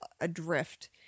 adrift